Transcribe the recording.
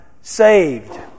Saved